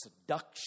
seduction